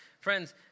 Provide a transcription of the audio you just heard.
friends